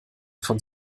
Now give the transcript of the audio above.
von